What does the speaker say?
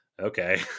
okay